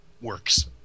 works